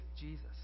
Jesus